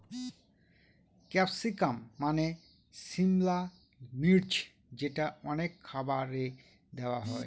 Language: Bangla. ক্যাপসিকাম মানে সিমলা মির্চ যেটা অনেক খাবারে দেওয়া হয়